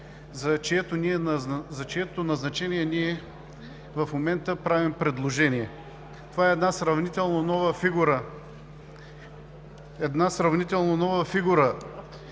за чието назначение в момента правим предложение. Това е една сравнително нова фигура